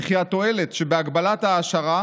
וכי התועלת שבהגבלת ההעשרה